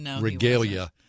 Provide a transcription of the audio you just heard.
regalia